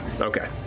Okay